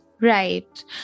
Right